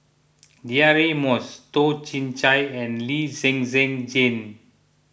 Deirdre Moss Toh Chin Chye and Lee Zhen Zhen Jane